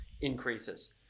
increases